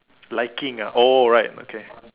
liking ah oh right okay